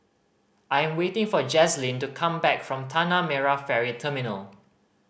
I am waiting for Jazlene to come back from Tanah Merah Ferry Terminal